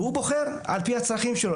והוא בוחר על פי הצרכים שלו.